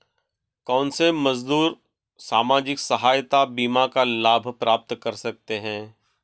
कौनसे मजदूर सामाजिक सहायता बीमा का लाभ प्राप्त कर सकते हैं?